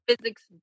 physics